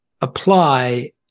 apply